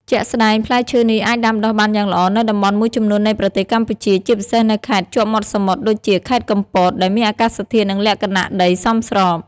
ជាក់ស្តែង ផ្លែឈើនេះអាចដាំដុះបានយ៉ាងល្អនៅតំបន់មួយចំនួននៃប្រទេសកម្ពុជា ជាពិសេសនៅខេត្តជាប់មាត់សមុទ្រដូចជា ខេត្តកំពត ដែលមានអាកាសធាតុនិងលក្ខណៈដីសមស្រប។